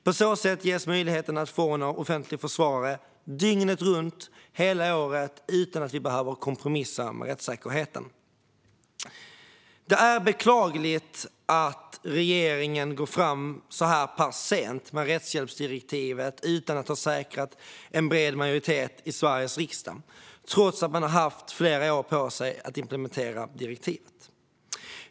På så sätt ges möjligheten att förordna offentlig försvarare dygnet runt, hela året, utan att vi behöver kompromissa med rättssäkerheten. Det är beklagligt att regeringen går fram så här pass sent med rättshjälpsdirektivet utan att ha säkrat en bred majoritet i Sveriges riksdag trots att man har haft flera år på sig att implementera direktivet.